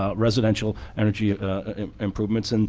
ah residential energy improvements. and